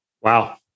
Wow